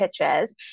pitches